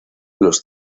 los